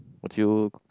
would you